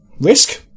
Risk